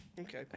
okay